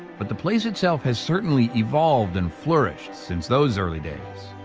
but the place itself has certainly evolved and flourished since those early days.